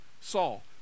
Saul